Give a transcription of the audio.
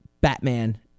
Batman